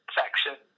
section